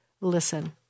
listen